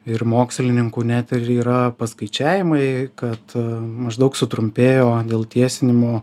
ir mokslininkų net ir yra paskaičiavimai kad maždaug sutrumpėjo dėl tiesinimo